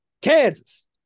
Kansas